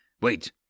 Wait